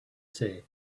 say